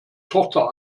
tochter